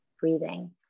breathing